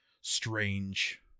strange